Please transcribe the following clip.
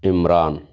Imran